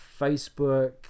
Facebook